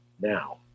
now